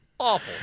Awful